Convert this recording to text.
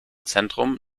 zentrum